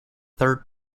third